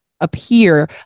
appear